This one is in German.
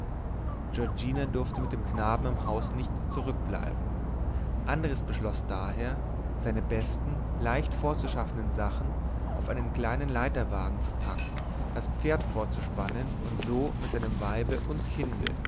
giorgina durfte mit dem knaben im hause nicht zurückbleiben andres beschloß daher seine besten leicht fortzuschaffenden sachen auf einen kleinen leiterwagen zu packen das pferd vorzuspannen und so mit seinem weibe und kinde